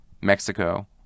Mexico